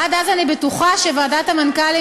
עד אז אני בטוחה שוועדת המנכ"לים,